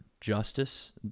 justice